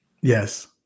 Yes